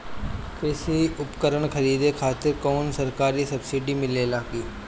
कृषी उपकरण खरीदे खातिर कउनो सरकारी सब्सीडी मिलेला की?